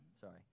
sorry